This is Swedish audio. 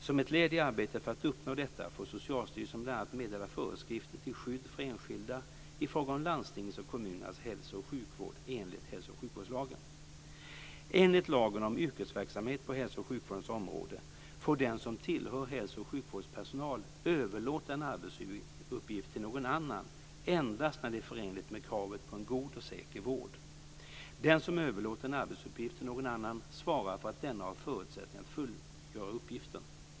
Som ett led i arbetet för att uppnå detta får Socialstyrelsen bl.a. meddela föreskrifter till skydd för enskilda i fråga om landstingens och kommunernas hälso och sjukvård enligt hälsooch sjukvårdslagen. Enligt lagen om yrkesverksamhet på hälso och sjukvårdens område får den som tillhör hälso och sjukvårdspersonalen överlåta en arbetsuppgift till någon annan endast när det är förenligt med kravet på en god och säker vård. Den som överlåter en arbetsuppgift till någon annan svarar för att denna har förutsättningar att fullgöra uppgiften.